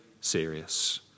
serious